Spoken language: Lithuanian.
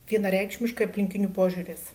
vienareikšmiškai aplinkinių požiūris